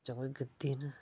जां भाई गद्दी न